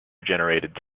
generated